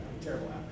Terrible